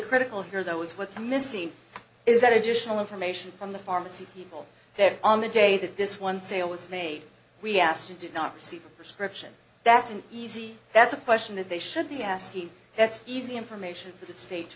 critical here though is what's missing is that additional information from the pharmacy people there on the day that this one sale was made we asked you do not see prescription that's an easy that's a question that they should be asking that's easy information for the state